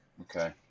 Okay